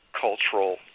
cultural